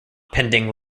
pending